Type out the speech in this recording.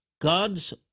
god's